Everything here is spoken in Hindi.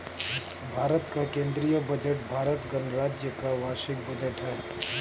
भारत का केंद्रीय बजट भारत गणराज्य का वार्षिक बजट है